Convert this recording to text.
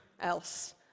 else